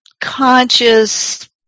conscious